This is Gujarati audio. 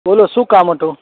શું કામ હતું